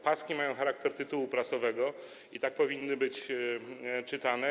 Paski mają charakter tytułu prasowego i tak powinny być czytane.